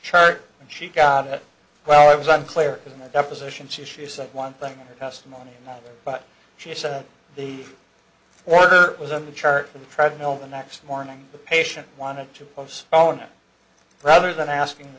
chart when she got it well it was unclear in the deposition she said one thing and testimony but she said the order was on the chart for the treadmill the next morning the patient wanted to postpone it rather than asking the